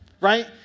Right